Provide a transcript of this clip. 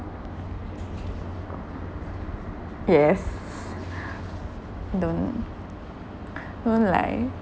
yes don't don't lie